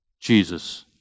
Jesus